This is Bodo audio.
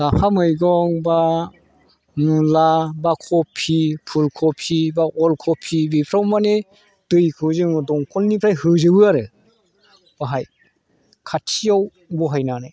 लाफा मैगं एबा मुला एबा खफि फुल खफि एबा अल खफि बेफ्राव मानि दैखौ जोङो दंखलनिफ्राय होजोबो आरो बाहाय खाथियाव बहायनानै